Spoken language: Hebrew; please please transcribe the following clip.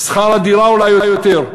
שכר הדירה עולה יותר,